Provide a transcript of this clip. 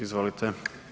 Izvolite.